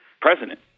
president